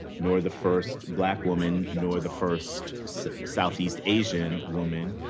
nor the first black woman, nor the first southeast asian woman,